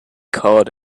caught